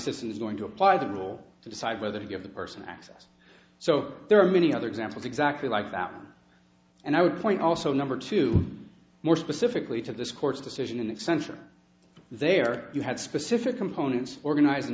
system is going to apply the rule to decide whether to give the person access so there are many other examples exactly like that and i would point also number two more specifically to this court's decision in the center there you had specific components organiz